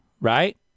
right